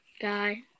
guy